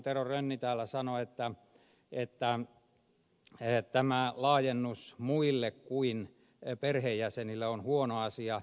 tero rönni sanoi täällä tästä opetuslupa asiasta että tämä laajennus muille kuin perheenjäsenille on huono asia